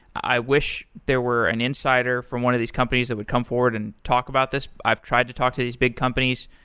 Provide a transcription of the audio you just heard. i wish there were an insider from one of these companies that would come forward and talk about this. i've tried to talk to these big companies,